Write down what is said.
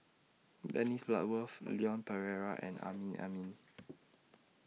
Dennis Bloodworth Leon Perera and Amrin Amin